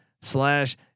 slash